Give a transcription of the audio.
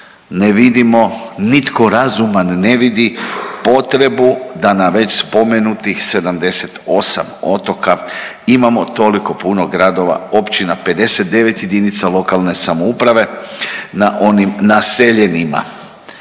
Ne vidimo, nitko razuman ne vidi potrebu da na već spomenutih 78 otoka imamo toliko puno gradova, općina, 59 jedinica lokalne samouprave na onim naseljenima.